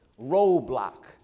roadblock